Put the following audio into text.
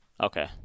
Okay